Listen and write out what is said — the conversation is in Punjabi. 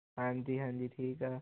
ਹਾਂਜੀ ਹਾਂਜੀ ਠੀਕ ਆ